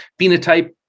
Phenotype